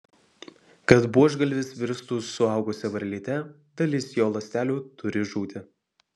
kad buožgalvis virstų suaugusia varlyte dalis jo ląstelių turi žūti